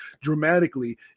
dramatically